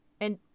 And-